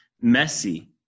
messy